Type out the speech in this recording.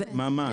ממש.